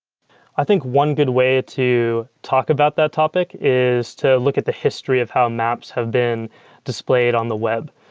i think one good way to talk about that topic is to look at the history of how maps have been displayed on the web.